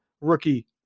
rookie